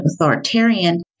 authoritarian